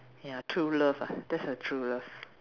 ya true love ah that's a true love